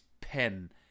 pen